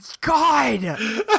God